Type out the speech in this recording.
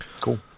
Cool